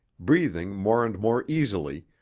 breathing more and more easily,